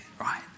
right